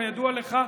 כידוע לך,